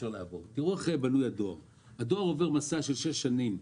הדואר עובר מסע של שש שנים.